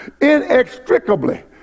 inextricably